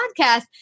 podcast